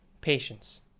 patience